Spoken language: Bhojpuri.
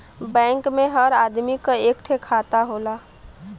बैंक मे हर आदमी क एक ठे खाता होला